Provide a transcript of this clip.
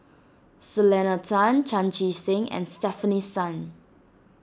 Selena Tan Chan Chee Seng and Stefanie Sun